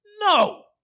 No